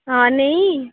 हां नेईं